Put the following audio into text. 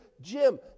Jim